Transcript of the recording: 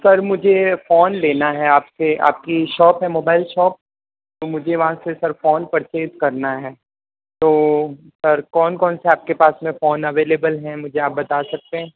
sir मुझे phone लेना है आपसे आपकी शॉप है मोबाइल शॉप तो मुझे वहाँ से सर फोन परचेज़ करना है तो सर कौन कौन सा आपके पास में फोन अवेलेबल है मुझे आप बता सकते हैं